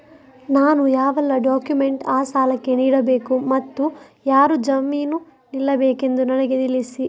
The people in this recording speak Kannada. ನಾನು ಯಾವೆಲ್ಲ ಡಾಕ್ಯುಮೆಂಟ್ ಆ ಸಾಲಕ್ಕೆ ನೀಡಬೇಕು ಮತ್ತು ಯಾರು ಜಾಮೀನು ನಿಲ್ಲಬೇಕೆಂದು ನನಗೆ ತಿಳಿಸಿ?